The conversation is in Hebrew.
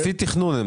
לפי תכנון.